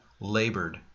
labored